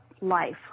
life